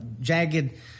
jagged